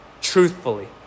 truthfully